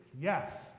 yes